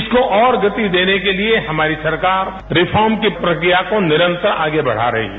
इसको और गति देने के लिए हमारी सरकार रिफॉर्म की प्रक्रिया को निरंतर आगे बढ़ा रही है